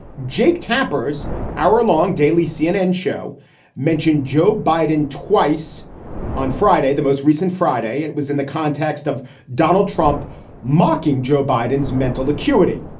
jake tapper's hourlong daily cnn show mentioned joe biden twice on friday, the most recent friday. and it was in the context of donald trump mocking joe biden's mental acuity.